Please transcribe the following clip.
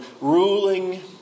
ruling